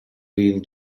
быйыл